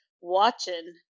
watching